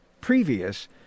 previous